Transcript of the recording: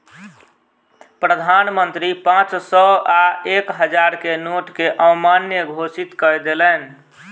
प्रधान मंत्री पांच सौ आ एक हजार के नोट के अमान्य घोषित कय देलैन